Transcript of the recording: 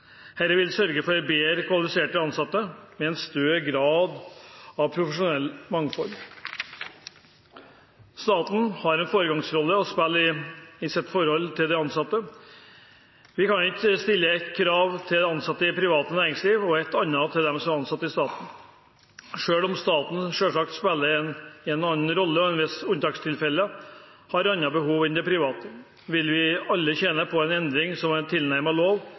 vil sørge for bedre kvalifiserte ansatte, med en større grad av profesjonelt mangfold. Staten har en foregangsrolle å spille i sitt forhold til de ansatte. Vi kan ikke stille ett krav til de ansatte i det private næringslivet og et annet til dem som er ansatt i staten. Selv om staten selvsagt spiller en annen rolle og i visse unntakstilfeller har andre behov enn det private, vil vi alle tjene på en endring som